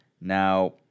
Now